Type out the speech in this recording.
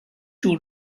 two